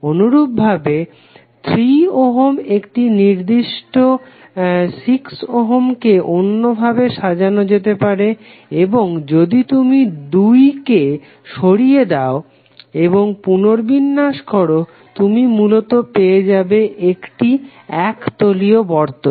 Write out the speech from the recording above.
অনুরূপভাবে 3 ওহমএই নির্দিষ্ট 6 ওহমকেও অন্যভাবে সাজানো যেতে পারে এবং যদি তুমি 2 কে সরিয়ে দাও এবং পুনর্বিন্যাস করো তুমি মূলত পেয়ে যাবে একটা এক তলীয় বর্তনী